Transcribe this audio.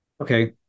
Okay